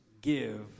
give